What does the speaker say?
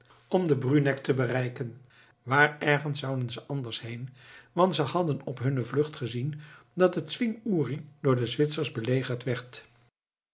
om den bruneck te bereiken waar ergens zouden ze anders heen want ze hadden op hunne vlucht gezien dat de zwing uri door de zwitsers belegerd werd